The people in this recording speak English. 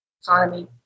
economy